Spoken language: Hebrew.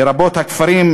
לרבות הכפרים,